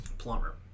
Plumber